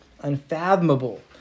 unfathomable